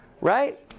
Right